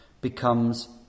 becomes